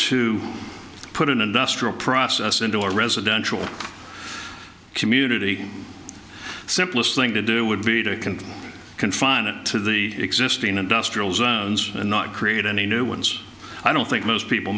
to put an industrial process into a residential community the simplest thing to do would be to can confine it to the existing industrial zones and not create any new ones i don't think most people